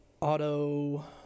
auto